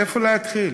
איפה להתחיל?